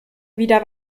wieder